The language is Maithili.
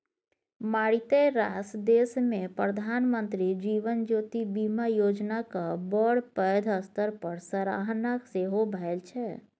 मारिते रास देशमे प्रधानमंत्री जीवन ज्योति बीमा योजनाक बड़ पैघ स्तर पर सराहना सेहो भेल छै